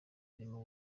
irimo